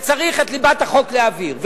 שצריך את ליבת החוק להעביר,